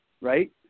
right